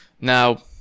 Now